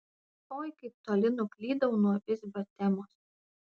oi kaip toli nuklydau nuo visbio temos